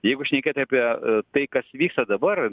jeigu šnekėt apie tai kas vyksta dabar